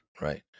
right